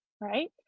Right